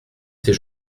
c’est